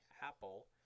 Apple